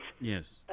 Yes